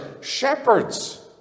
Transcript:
shepherds